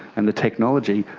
and the technology,